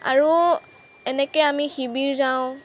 আৰু এনেকৈ আমি শিবিৰ যাওঁ